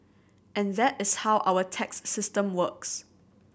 and that is how our tax system works